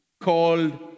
called